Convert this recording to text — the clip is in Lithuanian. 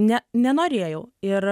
nė nenorėjau ir